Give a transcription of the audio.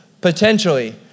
potentially